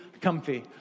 Comfy